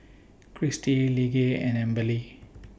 Kristi Lige and Amberly